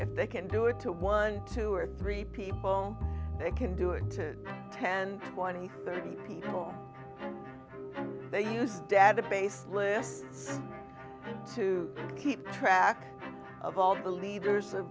and they can do it to one two or three people they can do it to ten twenty thirty people they use database lists to keep track of all the leaders